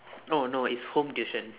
oh no it's home tuition